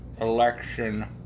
election